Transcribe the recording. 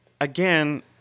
again